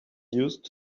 used